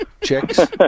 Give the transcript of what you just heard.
Chicks